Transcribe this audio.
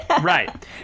Right